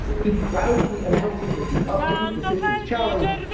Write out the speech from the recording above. he proudly announces that he's up to utnapishtim's challenge,